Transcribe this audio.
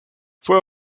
fue